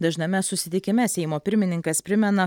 dažname susitikime seimo pirmininkas primena